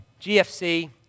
GFC